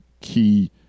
key